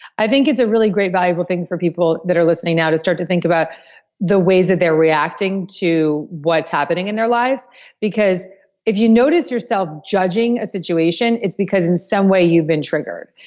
i think it's a great valuable thing for people that are listening now to start to think about the ways that they're reacting to what's happening in their lives because if you notice yourself judging a situation it's because in some way you've been triggered.